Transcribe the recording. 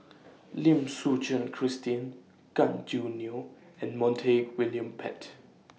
Lim Suchen Christine Gan Choo Neo and Montague William Pett